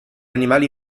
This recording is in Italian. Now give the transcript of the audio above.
animali